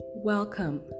Welcome